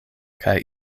kaj